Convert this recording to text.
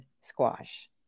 squash